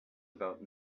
about